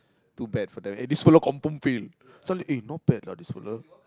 too bad for that eh this fellow confirm fail this one eh not bad lah this fellow